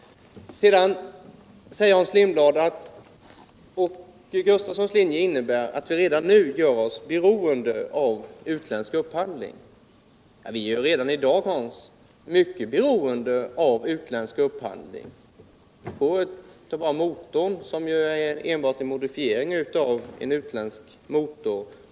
Sedan säger Hans Lindblad: Åke Gustavssons linje innebär att vi redan nu gör oss beroende av utländsk upphandling. Vi är ju redan i dag, Hans Lindblad, mycket beroende av utlärdsk upphandling. T. ex. motorn är ju enbart en modifiering av en utländsk motor.